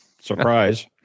surprise